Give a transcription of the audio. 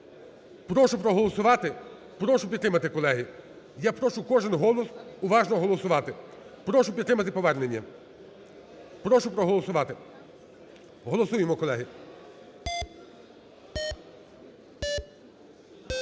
Прошу проголосувати, прошу підтримати, колеги. Я прошу кожен голос уважно голосувати. Прошу підтримати повернення, прошу проголосувати. Голосуємо, колеги.